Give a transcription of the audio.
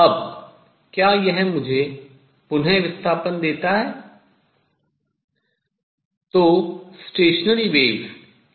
अब क्या यह मुझे पुनः विस्थापन देता है